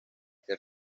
que